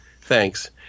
thanks